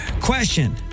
Question